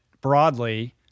broadly